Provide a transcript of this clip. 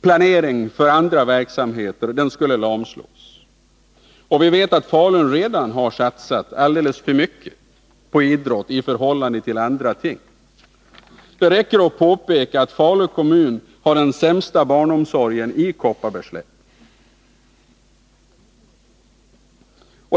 planering för andra verksamheter skulle lamslås. Vi vet att Falun redan har satsat alldeles för mycket på idrott i förhållande till andra ting. Det räcker att påpeka att Falu kommun har den sämsta barnomsorgen i Kopparbergs län.